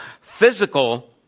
physical